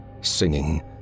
singing